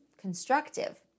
constructive